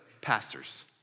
pastors